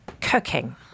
cooking